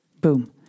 boom